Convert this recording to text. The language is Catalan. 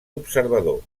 observador